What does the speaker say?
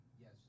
Yes